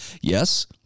Yes